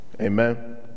amen